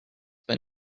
but